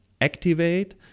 activate